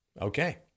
Okay